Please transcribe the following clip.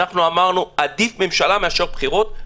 אמרנו: עדיף ממשלה מאשר בחירות,